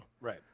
right